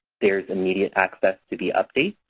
there is immediate access to the updates.